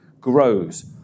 grows